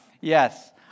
Yes